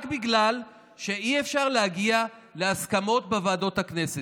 רק בגלל שאי-אפשר להגיע להסכמות בוועדות הכנסת.